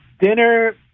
Dinner